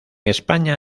españa